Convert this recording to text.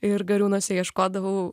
ir gariūnuose ieškodavau